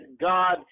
God